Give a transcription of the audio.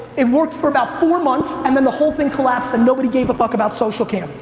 it worked for about four months and then the whole thing collapsed and nobody gave a fuck about socialcam.